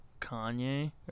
Kanye